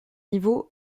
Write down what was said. niveaux